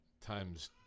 times